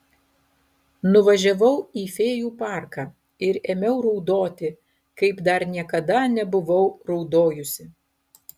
nuvažiavau į fėjų parką ir ėmiau raudoti kaip dar niekada nebuvau raudojusi